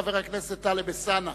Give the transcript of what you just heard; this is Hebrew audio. חבר הכנסת טלב אלסאנע.